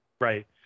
Right